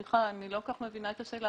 סליחה, אני לא כל כך מבינה את השאלה.